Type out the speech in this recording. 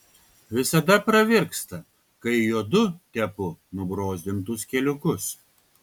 visada pravirksta kai jodu tepu nubrozdintus keliukus